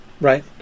right